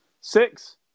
Six